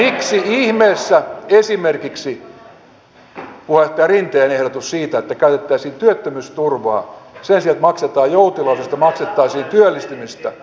miksi ihmeessä ei käy esimerkiksi puheenjohtaja rinteen ehdotus siitä että käytettäisiin työttömyysturvaa siihen että sen sijaan että maksetaan joutilaisuudesta maksettaisiin työllistymisestä